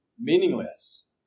meaningless